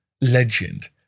legend